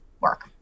work